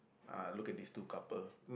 ah look at this two couple